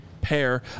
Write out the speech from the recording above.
pair